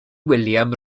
william